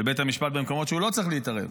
בית המשפט במקומות שהוא לא צריך להתערב,